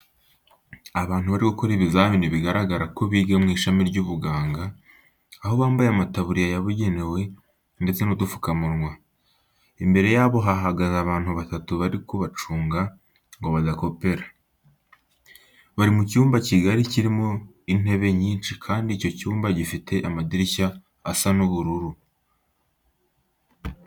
Abantu bari gukora ikizamini bigaragara ko biga mu ishami ry'ubuganga, aho bambaye amataburiya yabugenwe ndetse n'udupfukamunwa. Imbere yabo hahagaze abantu batatu bari kubacunga ngo badakopera. Bari mu cyumba kigari kirimo intebe nyinshi kandi icyo cyumba gifite amadirishya asa ubururu.